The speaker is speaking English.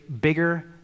bigger